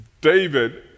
David